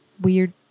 weird